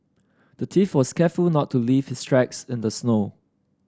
the thief was careful to not leave his tracks in the snow